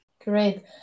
Great